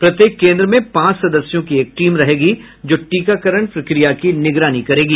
प्रत्येक केन्द्र में पांच सदस्यों की एक टीम रहेगी जो टीकाकरण प्रक्रिया की निगरानी करेगी